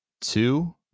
two